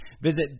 Visit